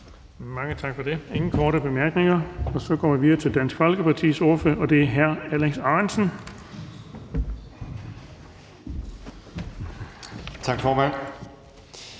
Mange tak for det. Der er ingen korte bemærkninger. Vi går videre til Dansk Folkepartis ordfører, og det er hr. Alex Ahrendtsen. Kl.